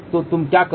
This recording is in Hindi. तो क्या तुम करो